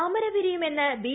താമര വിരിയുമെന്ന് ബി